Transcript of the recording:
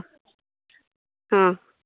ಹಾಂ